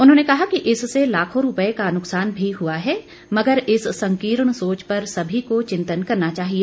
उन्होंने कहा कि इससे लाखों रूपए का नुकसान भी हुआ है मगर इस संकीर्ण सोच पर सभी को चिंतन करना चाहिए